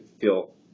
feel